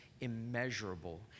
immeasurable